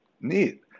Neat